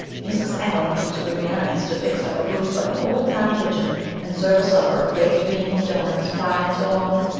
mrs. allan thinks it would be nice to fix up a booth like an old-time kitchen and serve a supper of baked beans, doughnuts, pie, and so on.